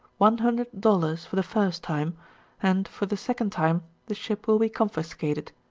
one hundred dollars for the first time and, for the second time, the ship will be confiscated.